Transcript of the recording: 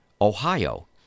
Ohio